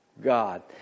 God